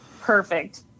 Perfect